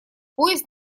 поезд